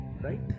right